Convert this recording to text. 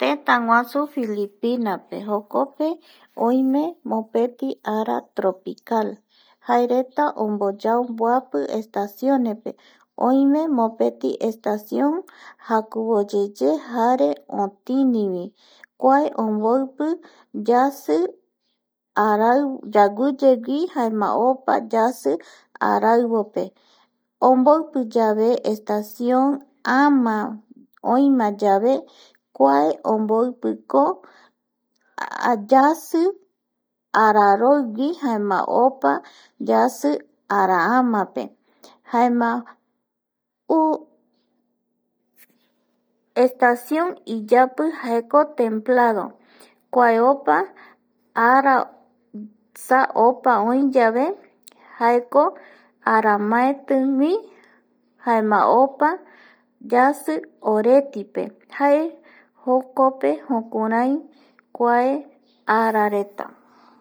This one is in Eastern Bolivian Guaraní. Tëtäguasi Filipinape jokope oime mopeti ara tropical jaereta omboyao mboapi estacionepe oime mopeti estación jakuvoyeye jare otinivi kua omboipi yasi yaguiyegui jaema opa yasi araivope omboipi estación ama oima yeve kua omboipiko yasi araroigui jaema opa yasi araamape jaema estación iyapi jaeko templado kua opa arasa opa oi yave jaeko aramaetigui jaema opa yasi oretipe jae jokope jukurai kuae arareta